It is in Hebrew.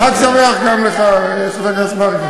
חג שמח גם לך, חבר הכנסת מרגי.